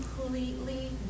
completely